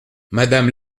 madame